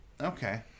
Okay